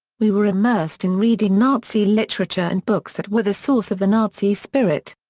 we were immersed in reading nazi literature and books that were the source of the nazi spirit.